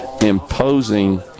imposing